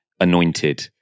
anointed